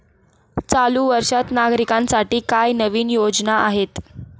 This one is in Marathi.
चालू वर्षात नागरिकांसाठी काय नवीन योजना आहेत?